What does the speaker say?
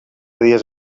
dies